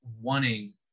wanting